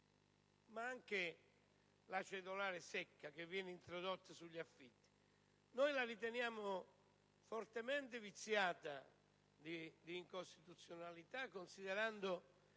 che la cedolare secca che viene introdotta sugli affitti sia fortemente viziata di incostituzionalità, considerando